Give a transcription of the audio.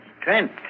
Trent